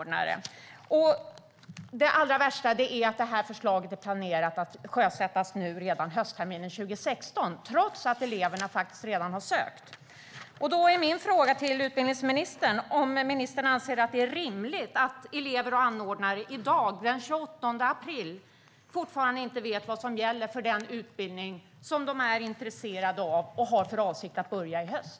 Det allra värsta är att förslaget är planerat att sjösättas redan höstterminen 2016, trots att eleverna redan har sökt. Då är min fråga till utbildningsministern: Anser ministern att det är rimligt att elever och anordnare i dag, den 28 april, fortfarande inte vet vad som gäller för den utbildning som eleverna är intresserade av och har för avsikt att börja i höst?